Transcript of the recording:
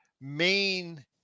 main